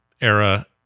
era